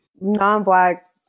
Non-black